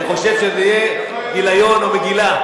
אני חושב שזה יהיה גיליון או מגילה.